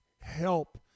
help